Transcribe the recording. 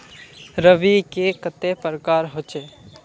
रवि के कते प्रकार होचे?